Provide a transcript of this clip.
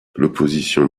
l’opposition